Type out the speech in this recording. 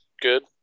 good